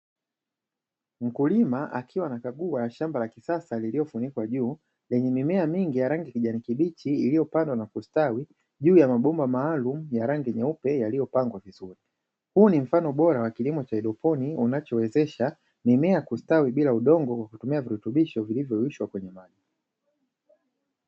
Mkulima akiwa anakagua shamba la kisasa lililofunikwa juu, lenye mimea mingi ya rangi kijani kibichi iliyopandwa na kustawi juu ya mabomba maalumu ya rangi nyeupe yaliyopangwa vizuri. Huu ni mfano bora wa kilimo cha haidroponi, unachowezesha mimea kustawi bila udongo kwa kutumia virutubisho vilivyorushwa kwenye maji.